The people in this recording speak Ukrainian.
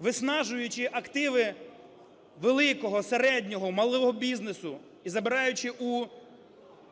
виснажуючи активи великого, середнього, малого бізнесу і забираючи у